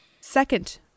second